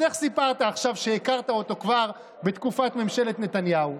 אז איך סיפרת עכשיו שהכרת אותו כבר בתקופת ממשלת נתניהו?